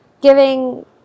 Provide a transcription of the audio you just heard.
giving